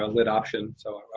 ah lid option, so